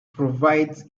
provides